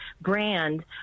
brand